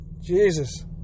Jesus